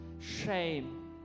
Shame